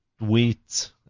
wheat